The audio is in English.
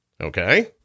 Okay